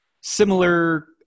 similar